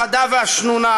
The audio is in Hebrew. החדה והשנונה,